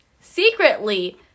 secretly